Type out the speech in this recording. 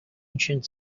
ancient